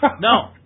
No